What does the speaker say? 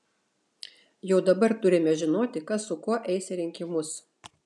jau dabar turime žinoti kas su kuo eis į rinkimus